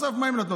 בסוף מה הם נתנו?